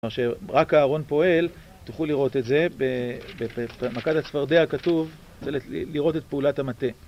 רק הארון פועל, תוכלו לראות את זה במקד הצפרדע כתוב, לראות את פעולת המטה.